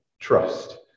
trust